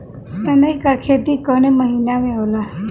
सनई का खेती कवने महीना में होला?